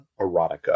Erotica